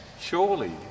surely